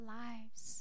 lives